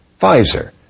Pfizer